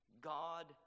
God